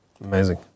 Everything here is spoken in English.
Amazing